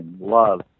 love